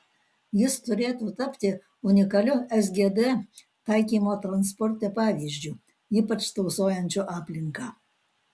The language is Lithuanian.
jis turėtų tapti unikaliu sgd taikymo transporte pavyzdžiu ypač tausojančiu aplinką